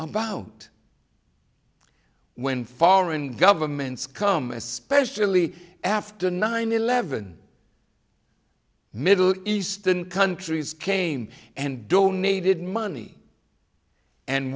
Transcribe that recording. about when foreign governments come especially after nine eleven middle eastern countries came and donated money and